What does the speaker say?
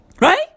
Right